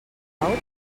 pau